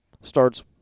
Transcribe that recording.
starts